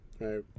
right